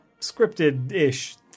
scripted-ish